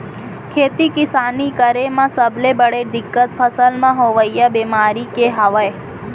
खेती किसानी करे म सबले बड़े दिक्कत फसल म होवइया बेमारी के हवय